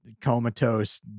comatose